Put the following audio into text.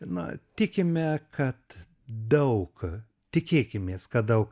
na tikime kad daug tikėkimės kad daug